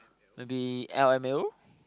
maybe L_M_A_O